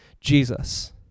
Jesus